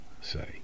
say